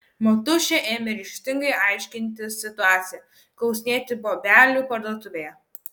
motušė ėmė ryžtingai aiškintis situaciją klausinėti bobelių parduotuvėje